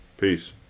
Peace